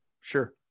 Sure